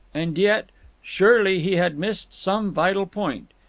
and yet surely he had missed some vital point.